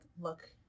look